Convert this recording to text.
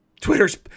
Twitter's